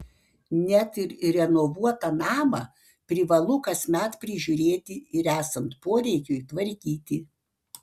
net ir renovuotą namą privalu kasmet prižiūrėti ir esant poreikiui tvarkyti